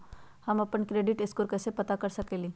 हम अपन credit score कैसे पता कर सकेली?